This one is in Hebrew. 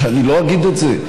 שאני לא אגיד את זה?